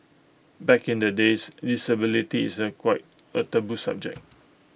back in the days disability is A quite A taboo subject